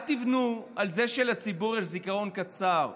על תבנו על זה שלציבור יש זיכרון קצר.